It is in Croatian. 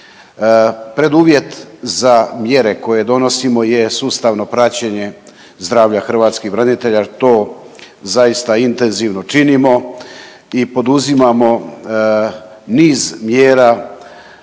Preduvjet za mjere koje donosimo je sustavno praćenje zdravlja hrvatskih branitelja, to zaista intenzivno činimo i poduzimamo niz mjera,